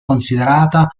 considerata